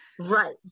Right